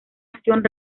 acción